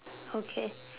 okay